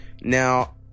Now